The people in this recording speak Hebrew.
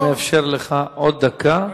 אני מאפשר לך עוד דקה,